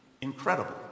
incredible